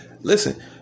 Listen